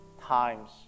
times